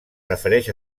refereix